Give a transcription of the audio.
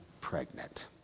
pregnant